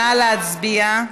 נא להצביע.